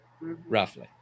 roughly